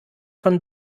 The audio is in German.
von